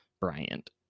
Bryant